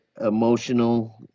emotional